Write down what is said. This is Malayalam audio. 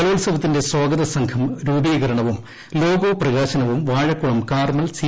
കലോത്സവത്തിന്റെ സ്വാഗ്രതസംഘം രൂപീകരണവും ലോഗോ പ്രകാശനവും വാഴക്കുളം ക്ടാർമ്യൽ സി